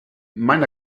mein